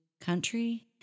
country